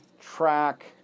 track